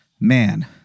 man